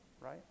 right